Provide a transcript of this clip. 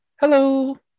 hello